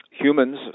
Humans